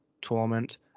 torment